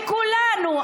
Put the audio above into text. לכולנו,